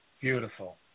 Beautiful